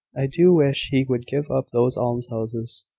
i do wish he would give up those almshouses.